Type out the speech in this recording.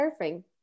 surfing